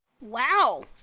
Wow